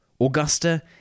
Augusta